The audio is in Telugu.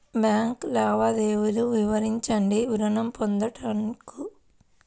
బ్యాంకు లావాదేవీలు వివరించండి ఋణము పొందుటకు?